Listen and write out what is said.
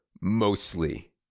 mostly